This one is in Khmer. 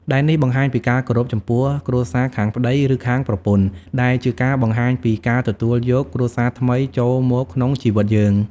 ដែលនេះបង្ហាញពីការគោរពចំពោះគ្រួសារខាងប្តី ឬខាងប្រពន្ធ ដែលជាការបង្ហាញពីការទទួលយកគ្រួសារថ្មីចូលមកក្នុងជីវិតយើង។